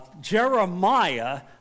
Jeremiah